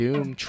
Doom